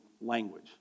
language